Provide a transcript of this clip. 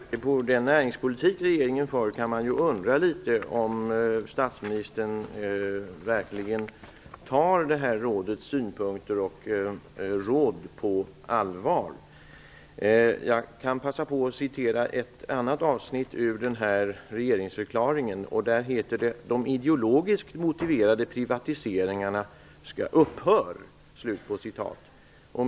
Fru talman! Med tanke på den näringspolitik regeringen för kan man undra litet om statsministern verkligen tar det här rådets synpunkter och råd på allvar. Jag kan passa på att citera ett annat avsnitt ur regeringsförklaringen. Där sägs: "De ideologiskt motiverade privatiseringarna skall upphöra".